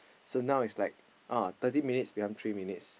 so now its like thirty minutes become three minutes